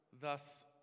thus